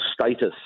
status